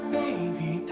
baby